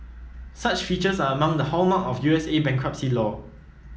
such features are among the hallmark of U S A bankruptcy law